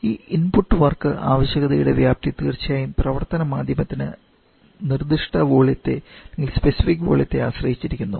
ഈ input work ആവശ്യകതയുടെ വ്യാപ്തി തീർച്ചയായും പ്രവർത്തന മാധ്യമത്തിന് നിർദ്ദിഷ്ട വോള്യത്തെ ആശ്രയിച്ചിരിക്കുന്നു